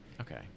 Okay